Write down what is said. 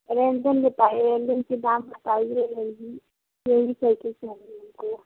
ranger बताइए Ranger के दाम बताइए यही यही साइकिल चाहिए हमको